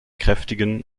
kräftigen